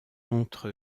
entre